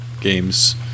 games